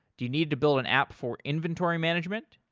do you need to build an app for inventory management?